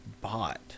bought